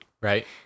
Right